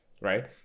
Right